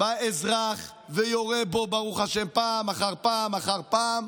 בא אזרח ויורה בו, ברוך השם, פעם אחר פעם אחר פעם.